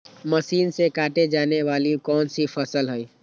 Machine से काटे जाने वाली कौन सी फसल है?